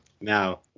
Now